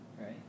right